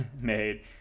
made